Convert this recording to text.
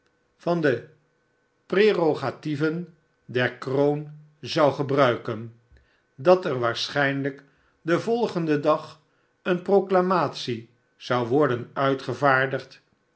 van de prerogatieven der kroon zou gebruiken dat er waarschijnhjk den volgenden dag eene proclamatie zou worden uitgevaardigd